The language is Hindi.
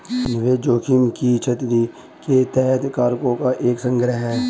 निवेश जोखिम की छतरी के तहत कारकों का एक संग्रह है